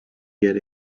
get